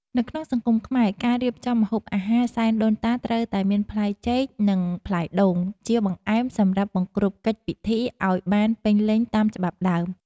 នៅក្នុងសង្គមខ្មែរការរៀបចំម្ហូបអាហារសែនដូនតាត្រូវតែមានផ្លែចេក និង ផ្លែដូងជាបង្អែមសម្រាប់បង្គ្រប់កិច្ចពិធីឱ្យបានពេញលេញតាមច្បាប់ដើម។